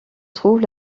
trouve